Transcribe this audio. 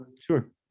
sure